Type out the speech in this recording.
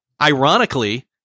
ironically